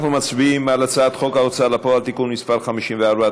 אנחנו מצביעים על הצעת חוק ההוצאה לפועל (תיקון מס' 54),